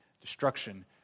destruction